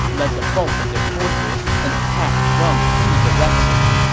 led the bulk of their forces and attacked from three directions.